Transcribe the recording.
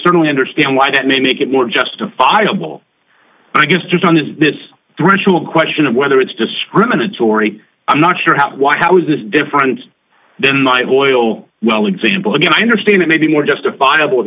certainly understand why that may make it more justifiable i guess just on this this ritual question of whether it's discriminatory i'm not sure how why how is this different than my boil well example again i understand it may be more justifiable